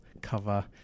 cover